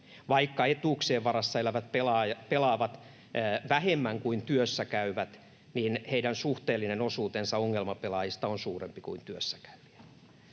Vaikka etuuksien varassa elävät pelaavat vähemmän kuin työssäkäyvät, niin heidän suhteellinen osuutensa ongelmapelaajista on suurempi kuin työssäkäyvien.